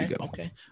okay